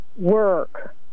Work